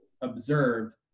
observed